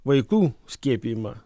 vaikų skiepijimą